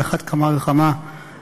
על אחת כמה וכמה ילדינו.